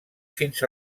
fins